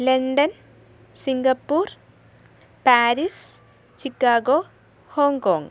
London Singapore Paris Chicago Hong Kong